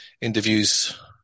interviews